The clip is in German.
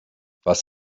was